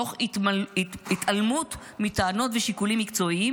תוך התעלמות מטענות ושיקולים מקצועיים